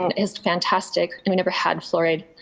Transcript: is fantastic, and we never had fluoride.